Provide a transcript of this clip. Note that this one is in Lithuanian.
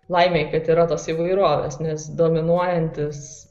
laimė kad yra tos įvairovės nes dominuojantis